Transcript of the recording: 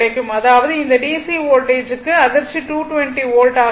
அதாவது இந்த DC வோல்டேஜ்க்கு அதிர்ச்சி 220 வோல்ட் ஆக இருக்கும்